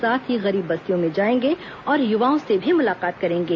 साथ ही गरीब बस्तियों में जाएंगे और युवाओं से भी मुलाकात करेंगे